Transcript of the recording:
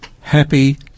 happy